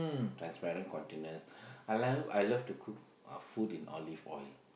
transparent containers I like I love to cook uh food in olive oil